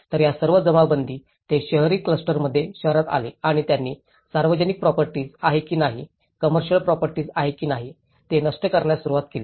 तर या सर्व जमावबंद ते शहरी क्लस्टर्समध्ये शहरात आले आणि त्यांनी सार्वजनिक प्रॉपर्टीएस आहे की नाही कंमेर्सिल प्रॉपर्टीएस आहे की नाही ते नष्ट करायला सुरुवात केली